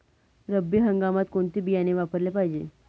रब्बी हंगामात कोणते बियाणे वापरले पाहिजे?